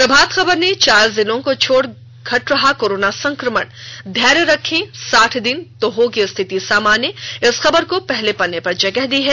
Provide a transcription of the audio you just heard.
प्रभात खबर ने चार जिलों को छोड़ घट रहा कोरोना संक्रमण धैर्य रखें साठ दिन तो स्थिति होगी सामान्य इस खबर को पहले पन्ने पर जगह दी है